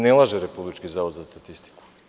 Ne laže Republički zavod za statistiku.